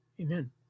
Amen